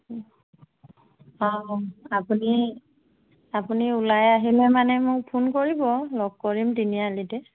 অঁ আপুনি আপুনি ওলাই আহিলে মানে মোক ফোন কৰিব লগ কৰিম তিনিআলিতে